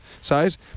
size